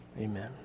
Amen